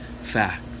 fact